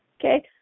Okay